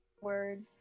Word